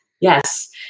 Yes